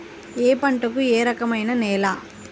ఏ పంటకు ఏ రకమైన నేల?